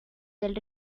del